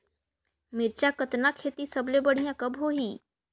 मिरचा कतना खेती सबले बढ़िया कब होही?